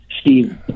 Steve